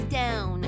down